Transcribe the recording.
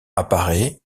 apparait